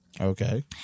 okay